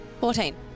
Fourteen